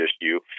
issue